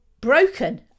broken